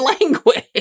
language